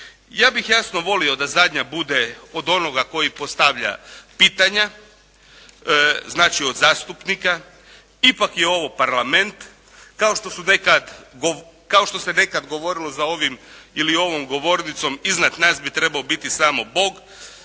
Ja bih jasno volio da zadnja bude od onoga koji postavlja pitanja, znači od zastupnika. Ipak je ovo parlament. Kao što se nekad govorilo za ovim ili ovom govornicom iznad nas bi trebao biti samo Bog.